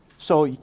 so,